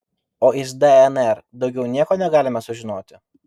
o iš dnr daugiau nieko negalime sužinot